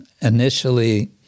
initially